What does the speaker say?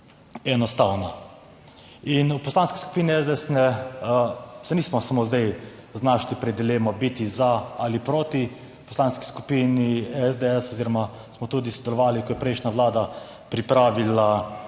enostavna. In v Poslanski skupini SDS se nismo samo zdaj znašli pred dilemo biti za ali proti v Poslanski skupini SDS oziroma smo tudi sodelovali, ko je prejšnja vlada pripravila